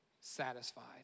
satisfied